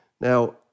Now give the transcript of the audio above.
Now